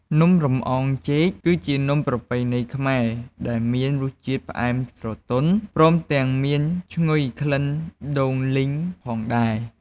នំលម្អងចេក គឺជានំប្រពៃណីខ្មែរដែលមានរសជាតិផ្អែមស្រទន់ ព្រមទាំងមានឈ្ងុយក្លិនដូងលីងផងដែរ។